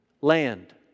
land